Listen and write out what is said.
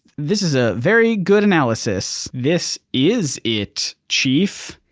this is a very good analysis. this is it, chief.